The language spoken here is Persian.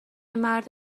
مرد